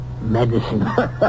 Medicine